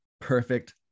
perfect